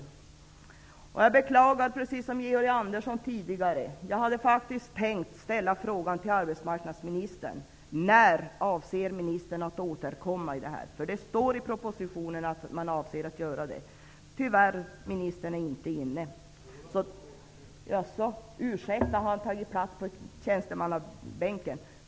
Jag gör samma beklagande som Georg Andersson tidigare. Jag hade faktiskt tänkt fråga arbetsmarknadsministern när han avser att återkomma. Det står nämligen i propositionen att man avser att återkomma. Tyvärr är ministern inte inne. Jo, ursäkta, nu ser jag att han har tagit plats på tjänstemannabänken.